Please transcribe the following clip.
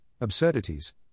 absurdities